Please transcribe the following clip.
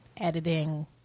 editing